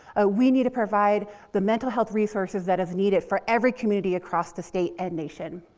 ah we need to provide the mental health resources that is needed for every community across the state and nation.